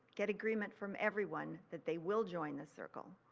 get agreement from everyone that they will join the circle.